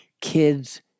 kids